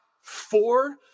four